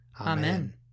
Amen